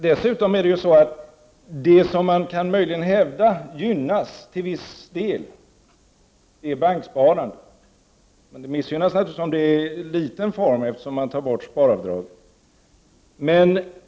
Det som man möjligen kan hävda gynnas, till viss del, är banksparandet, men det missgynnas naturligtvis om det är i liten form, eftersom sparavdraget tas bort.